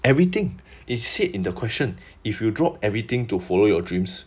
everything it said in the question if you drop everything to follow your dreams